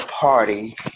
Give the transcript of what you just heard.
party